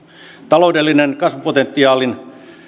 talouden kasvupotentiaalin